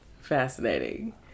Fascinating